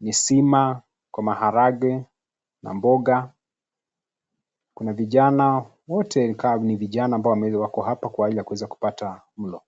ni sima, kwa maharagwe, na mboga, kuna vijana, wote ni kaa ni vijana ambao wako hapa kwa ajili ya kuweza kupata mlo.